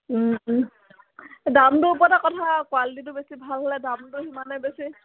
দামটো ওপৰতে কথা কোৱালিটিটো বেছি ভাল হ'লে দামটো সিমানেই বেছি